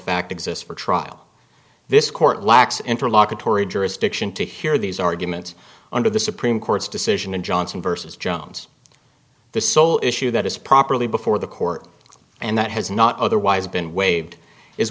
fact exists for trial this court lacks interlocutory jurisdiction to hear these arguments under the supreme court's decision and johnson versus jones the sole issue that is properly before the court and that has not otherwise been waived is